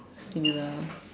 similar